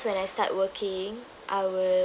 when I start working I will